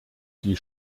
die